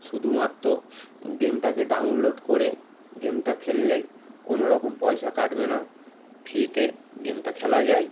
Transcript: শুধুমাত্র গেমটাকে ডাউনলোড করে গেমটা খেললেই কোনো রকম পয়সা কাটবে না ফ্রিতে গেমটা খেলা যায়